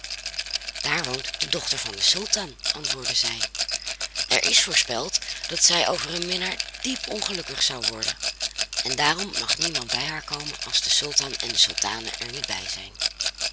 daar woont de dochter van den sultan antwoordde zij er is voorspeld dat zij over een minnaar diep ongelukkig zou worden en daarom mag niemand bij haar komen als de sultan en de sultane er niet bij zijn